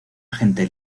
agente